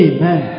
Amen